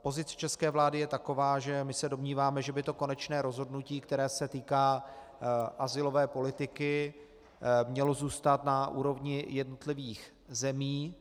Pozice české vlády je taková, že se domníváme, že by konečné rozhodnutí, které se týká azylové politiky, mělo zůstat na úrovni jednotlivých zemí.